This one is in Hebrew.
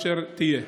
זו אשר תהיה.